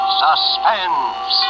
suspense